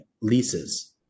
leases